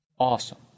Awesome